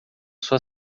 sua